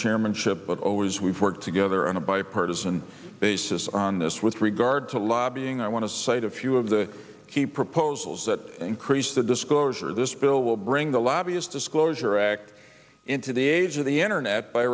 chairmanship but always we've worked together on a bipartisan basis on this with regard to lobbying i want to cite a few of the key proposals that increase the disclosure this bill will bring the lobbyist disclosure act into the age of the internet by